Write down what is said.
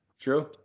true